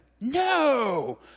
No